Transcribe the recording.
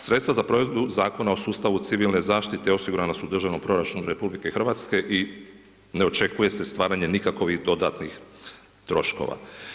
Sredstava za provedbu zakona o sustavu civilne zaštite osigurani su u državnom proračunu RH i ne očekuje se stvaranje nikakvih dodatnih troškova.